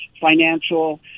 financial